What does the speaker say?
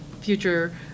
future